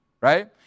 right